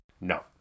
No